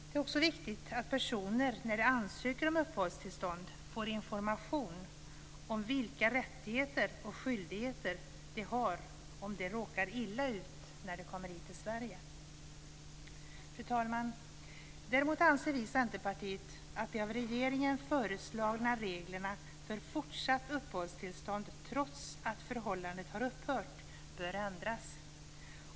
Det är också viktigt att personer, när de ansöker om uppehållstillstånd, får information om vilka rättigheter och skyldigheter de har om de råkar illa ut när de kommer hit till Sverige. Fru talman! Däremot anser vi i Centerpartiet att de av regeringen föreslagna reglerna för fortsatt uppehållstillstånd trots att förhållandet har upphört bör ändras.